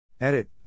Edit